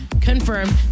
confirmed